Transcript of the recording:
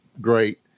great